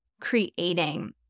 Creating